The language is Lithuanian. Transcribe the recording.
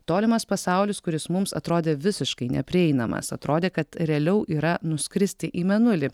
tolimas pasaulis kuris mums atrodė visiškai neprieinamas atrodė kad realiau yra nuskristi į mėnulį